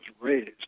raised